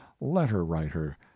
letter-writer